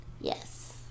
Yes